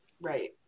right